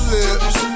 lips